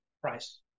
price